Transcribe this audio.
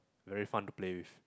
very fun to play with